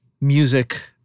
music